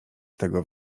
tego